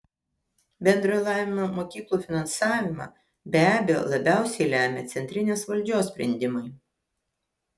bendrojo lavinimo mokyklų finansavimą be abejo labiausiai lemia centrinės valdžios sprendimai